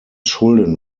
schulden